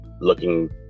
looking